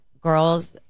girls